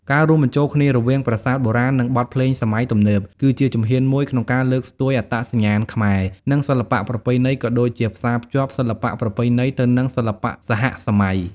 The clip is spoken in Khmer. ការរួមបញ្ចូលគ្នារវាងប្រាសាទបុរាណ និងបទភ្លេងសម័យទំនើប គឺជាជំហានមួយក្នុងការលើកស្ទួយអត្តសញ្ញាណខ្មែរ និងសិល្បៈប្រពៃណី ក៏ដូចជាផ្សារភ្ជាប់សិល្បៈប្រពៃណីទៅនឹងសិល្បៈសហសម័យ។